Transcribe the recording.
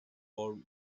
more